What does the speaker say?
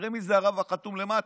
נראה מי זה הרב החתום למטה.